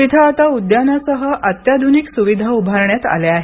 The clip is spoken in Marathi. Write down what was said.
तिथे आता उद्याना सह अत्याधूनिक सुविधा उभारण्यात आल्या आहेत